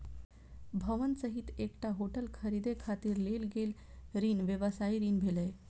भवन सहित एकटा होटल खरीदै खातिर लेल गेल ऋण व्यवसायी ऋण भेलै